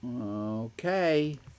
Okay